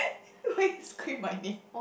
why you scream my name